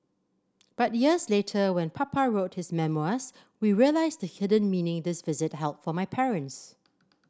but years later when Papa wrote his memoirs we realised the hidden meaning this visit held for my parents